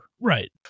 Right